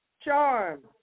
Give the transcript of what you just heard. charm